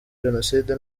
jenoside